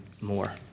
more